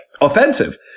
offensive